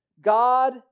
God